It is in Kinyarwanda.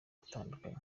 atandukanye